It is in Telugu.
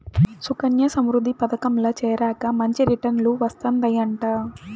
సుకన్యా సమృద్ధి పదకంల చేరాక మంచి రిటర్నులు వస్తందయంట